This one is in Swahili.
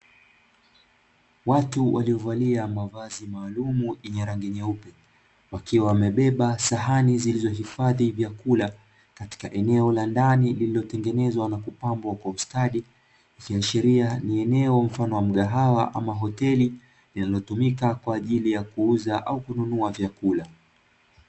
Watu waliovalia mavazi maalumu yenye rangi nyeupe, wakiwa wamebeba sahani zilizohifadhi vyakula, katika eneo la ndani linalotengenezwa na kupambwa kwa ustadi ikiashiria nieneo mfano wa mgahawa au hoteli, linalotumika kwa ajili ya kuuza au kununua vyakula.